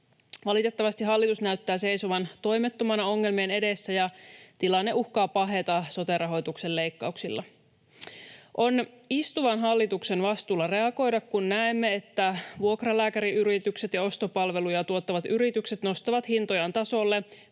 Valitettavasti hallitus näyttää seisovan toimettomana ongelmien edessä ja tilanne uhkaa paheta sote-rahoituksen leikkauksilla. On istuvan hallituksen vastuulla reagoida, kun näemme, että vuokralääkäriyritykset ja ostopalveluja tuottavat yritykset nostavat hintojaan tasolle,